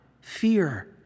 Fear